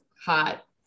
hot